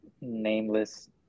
Nameless